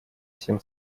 всем